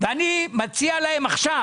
אני מציע להם עכשיו